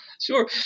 sure